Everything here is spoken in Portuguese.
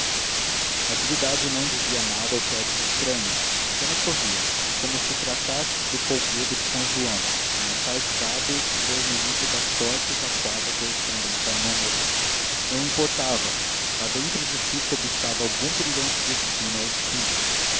natividade não dizia nada ao pé de estranhos apenas sorria como se tratasse de folguedo de são joão um lançar de dados e ler no livro de sortes a quadra correspondente ao número não importa lá dentro de si cobiçava algum brilhante destino aos filhos